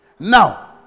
Now